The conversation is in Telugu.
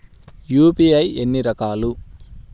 యూ.పీ.ఐ ఎన్ని రకాలు?